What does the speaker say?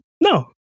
no